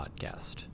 Podcast